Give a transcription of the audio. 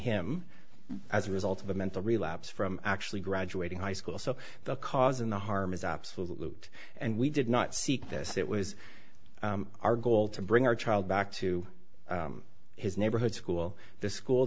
him as a result of a mental relapse from actually graduating high school so the cause of the harm is absolute and we did not seek this it was our goal to bring our child back to his neighborhood school the school